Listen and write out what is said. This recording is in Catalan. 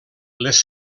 les